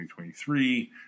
2023